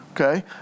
okay